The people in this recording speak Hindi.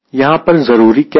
यहां पर जरूरी क्या है